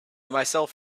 myself